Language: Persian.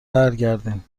برگردین